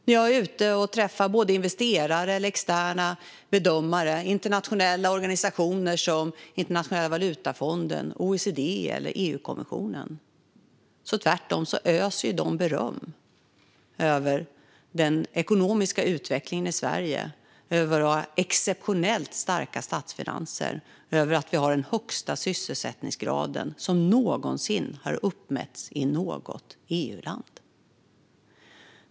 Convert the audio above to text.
När jag är ute och träffar investerare eller externa bedömare och internationella organisationer, som Internationella valutafonden, OECD eller EU-kommissionen, öser de tvärtom beröm över den ekonomiska utvecklingen i Sverige. De berömmer våra exceptionellt starka statsfinanser och att vi har den högsta sysselsättningsgraden som någonsin har uppmätts i något EU-land.